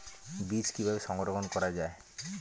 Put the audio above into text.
বীজ কিভাবে সংরক্ষণ করা যায়?